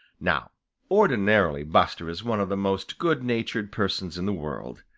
now ordinarily buster is one of the most good-natured persons in the world.